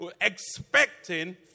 expecting